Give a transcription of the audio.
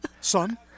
Son